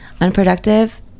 unproductive